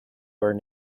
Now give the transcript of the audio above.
are